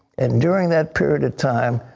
and during that period of time,